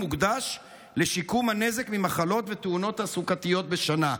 מוקדשים לשיקום הנזק ממחלות ותאונות תעסוקתיות בשנה.